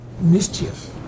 mischief